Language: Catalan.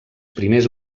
primers